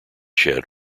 shed